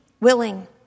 willing